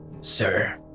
sir